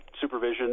supervision